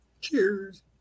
Cheers